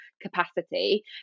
capacity